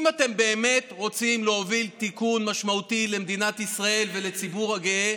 אם אתם באמת רוצים להוביל תיקון משמעותי למדינת ישראל ולציבור הגאה,